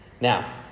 Now